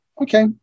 okay